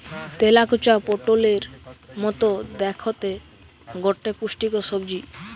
তেলাকুচা পটোলের মতো দ্যাখতে গটে পুষ্টিকর সবজি